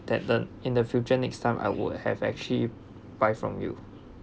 that the in the future next time I would have actually buy from you